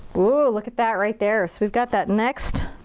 look at that right there. so we've got that next